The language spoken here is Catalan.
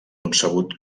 concebut